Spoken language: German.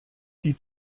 die